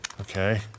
Okay